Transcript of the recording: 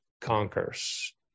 conquers